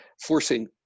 forcing